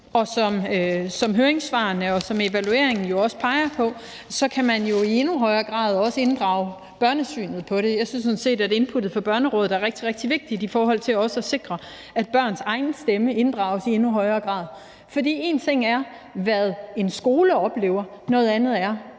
og som høringssvarene og evalueringen også peger på, kan man jo i endnu højere grad også inddrage børnesynet på det. Jeg synes sådan set, at inputtet fra Børnerådet er rigtig, rigtig vigtigt i forhold til også at sikre, at børns egen stemme inddrages i endnu højere grad. For én ting er, hvad en skole oplever, noget andet er,